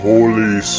Holy